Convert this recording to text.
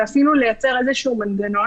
ואפילו לייצר איזה מנגנון.